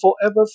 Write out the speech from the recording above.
forever